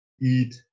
eat